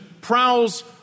prowls